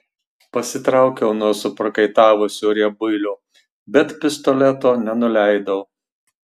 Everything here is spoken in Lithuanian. pasitraukiau nuo suprakaitavusio riebuilio bet pistoleto nenuleidau